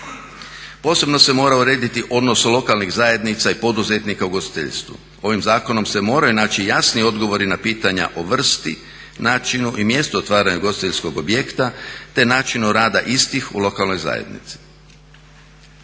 Posebno se mora urediti odnos lokalnih zajednica i poduzetnika u ugostiteljstvu. Ovim zakonom se moraju naći jasni odgovori na pitanja o vrsti, načinu i mjestu otvaranja ugostiteljskog objekta, te načinu rada istih u lokalnoj zajednici.